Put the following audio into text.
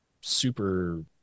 super